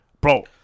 bro